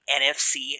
NFC